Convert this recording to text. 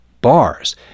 bars